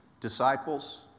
disciples